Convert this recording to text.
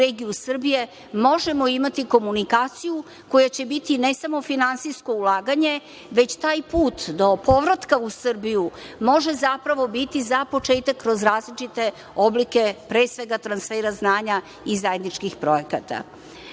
regiju Srbiju, možemo imati komunikaciju koja će biti ne samo finansijsko ulaganje, već taj put do povratka u Srbiju može zapravo biti za početak kroz različite oblike, pre svega, transfera znanja i zajedničkih projekata. Takođe